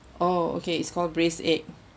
oh okay it's called braised egg